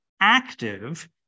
active